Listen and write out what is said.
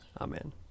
Amen